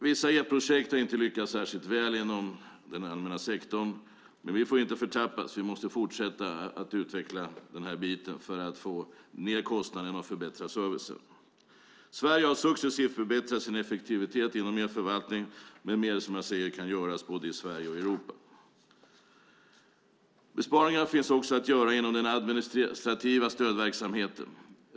Vissa e-projekt har inte lyckats särskilt väl inom den allmänna sektorn. Men vi får inte förtröttas, utan vi måste fortsätta att utveckla den här biten för att få ned kostnaderna och förbättra servicen. Sverige har successivt förbättrat sin effektivitet inom e-förvaltning, men mer, som jag säger, kan göras både i Sverige och i Europa. Besparingar finns också att göra inom den administrativa stödverksamheten.